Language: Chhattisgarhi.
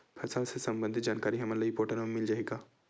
फसल ले सम्बंधित जानकारी हमन ल ई पोर्टल म मिल जाही का?